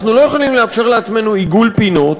אנחנו לא יכולים לאפשר לעצמנו עיגול פינות.